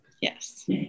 Yes